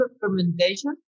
fermentation